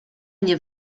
nie